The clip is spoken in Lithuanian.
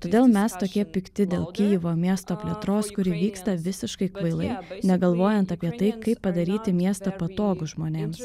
todėl mes tokie pikti dėl kijevo miesto plėtros kuri vyksta visiškai kvailai negalvojant apie tai kaip padaryti miestą patogų žmonėms